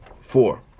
four